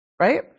Right